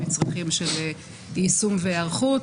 מצרכים של יישום והיערכות.